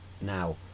now